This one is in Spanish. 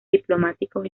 diplomáticos